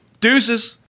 Deuces